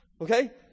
Okay